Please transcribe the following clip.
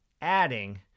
adding